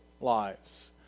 lives